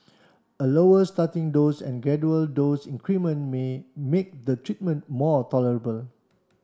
a lower starting dose and gradual dose increment may make the treatment more tolerable